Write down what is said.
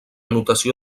notació